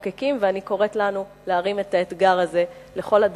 אני קוראת לנו להרים את האתגר הזה לכל הדור הצעיר,